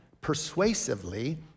persuasively